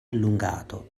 allungato